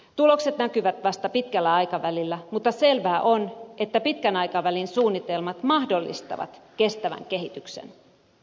tulokset näkyvät vasta pitkällä aikavälillä mutta selvää on että pitkän aikavälin suunnitelmat mahdollistavat kestävän kehityksen